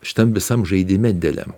šitam visam žaidime dideliam